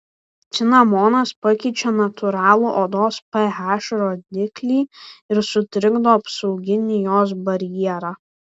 cinamonas pakeičia natūralų odos ph rodiklį ir sutrikdo apsauginį jos barjerą